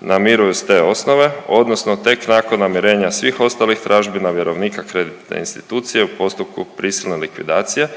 namiruje iz te osnove odnosno tek nakon namirenja svih ostalih tražbina vjerovnika kreditne institucije u postupku prisilne likvidacije